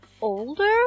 older